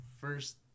first